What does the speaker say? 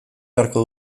beharko